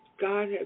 God